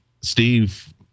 Steve